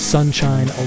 Sunshine